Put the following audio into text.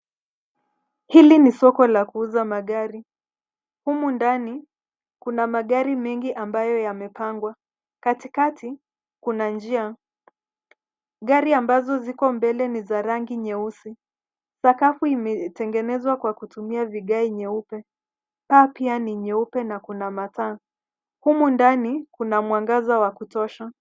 Hili ni soko la kuuza magari, humu ndani, kuna magari mengi ambayo yamepangwa. Katikati, kuna njia, gari ambazo ziko mbele ni za rangi nyeusi. Sakafu imetengenezwa kwa kutumia vigae nyeupe, paa pia ni nyeupe na kuna mataa,. Humu ndani kuna mwangaza wa kutosha.